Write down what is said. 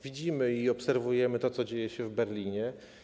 Widzimy i obserwujemy to, co dzieje się w Berlinie.